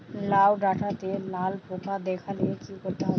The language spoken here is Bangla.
লাউ ডাটাতে লাল পোকা দেখালে কি করতে হবে?